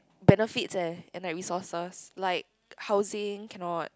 benefits eh and like resources like housing cannot